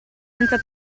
senza